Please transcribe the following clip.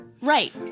Right